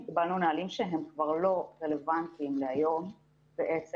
קיבלנו נהלים שהם כבר לא רלוונטיים להיום בעצם.